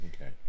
Okay